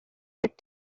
that